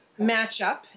Matchup